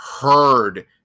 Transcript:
heard